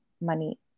money